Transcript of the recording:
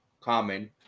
Common